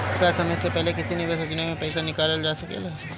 का समय से पहले किसी निवेश योजना से र्पइसा निकालल जा सकेला?